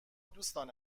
دوستان